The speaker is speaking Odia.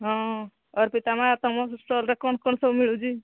ହଁ ଅର୍ପିତା ମା ତୁମ ଷ୍ଟଲରେ କ'ଣ କ'ଣ ସବୁ ମିଳୁଛି